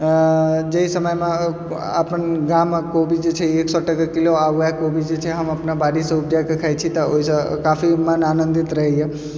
जाहि समयमे अपन गामक कोबी जे छै एक सए टके किलो आओर वएह कोबी जे छै हम अपना बाड़ीसँ उपजाके खाइ छी तऽ ओहिसँ काफी मन आनन्दित रहैयै